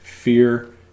Fear